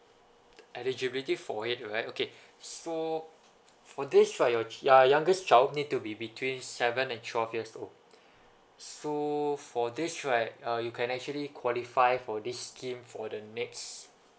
eligibility for it right okay so f~ f~ for this right your chi~ your youngest child need to be between seven and twelve years old so for this right uh you can actually qualify for this scheme for the next